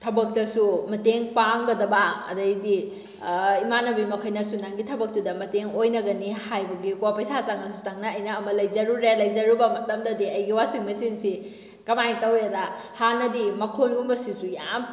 ꯊꯕꯛꯇꯁꯨ ꯃꯇꯦꯡ ꯄꯥꯡꯒꯗꯕ ꯑꯗꯩꯗꯤ ꯏꯃꯥꯟꯅꯕꯤ ꯃꯈꯩꯅꯁꯨ ꯅꯪꯒꯤ ꯊꯕꯛꯇꯨꯗ ꯃꯇꯦꯡ ꯑꯣꯏꯅꯒꯅꯤ ꯍꯥꯏꯕꯒꯤꯀꯣ ꯄꯩꯁꯥ ꯆꯪꯉꯁꯨ ꯆꯪꯅ ꯑꯩꯅ ꯑꯃ ꯂꯩꯖꯔꯨꯔꯦ ꯂꯩꯖꯔꯨꯔꯕ ꯃꯇꯝꯗꯗꯤ ꯑꯩꯒꯤ ꯋꯥꯁꯤꯡ ꯃꯦꯆꯤꯟꯁꯤ ꯀꯃꯥꯏꯅ ꯇꯧꯋꯦꯗ ꯍꯥꯟꯅꯗꯤ ꯃꯈꯣꯜꯒꯨꯝꯁꯤꯁꯨ ꯌꯥꯝ